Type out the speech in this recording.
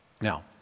Now